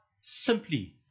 simply